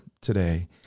today